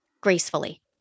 gracefully